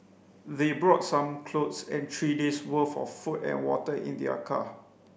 they brought some clothes and three days' worth of food and water in their car